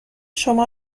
شما